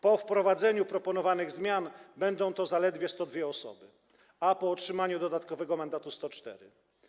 Po wprowadzeniu proponowanych zmian będą to zaledwie 102 osoby, a po otrzymaniu dodatkowego mandatu - 104.